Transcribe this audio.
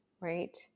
right